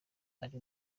ari